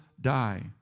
die